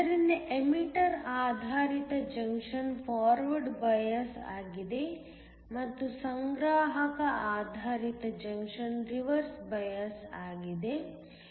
ಆದ್ದರಿಂದ ಎಮಿಟರ್ ಆಧಾರಿತ junction forward ಬಯಾಸ್ಆಗಿದೆ ಮತ್ತು ಸಂಗ್ರಾಹಕ ಆಧಾರಿತ ಜಂಕ್ಷನ್ ರಿವರ್ಸ್ ಬಯಾಸ್ ಆಗಿದೆ ಇದು c